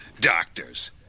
Doctors